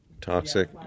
Toxic